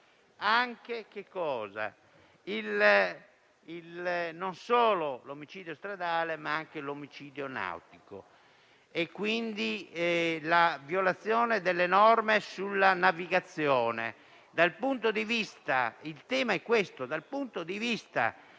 interno, non solo l'omicidio stradale, ma anche l'omicidio nautico e quindi la violazione delle norme sulla navigazione. Il tema è questo: dal punto di vista